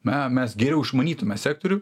na mes geriau išmanytume sektorių